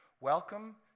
Welcome